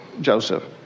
Joseph